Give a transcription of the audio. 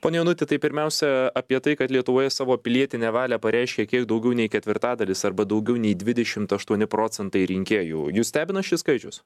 pone jonuti tai pirmiausia apie tai kad lietuvoje savo pilietinę valią pareiškė kiek daugiau nei ketvirtadalis arba daugiau nei dvidešimt aštuoni procentai rinkėjų jus stebina šis skaičius